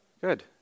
Good